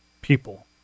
people